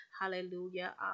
Hallelujah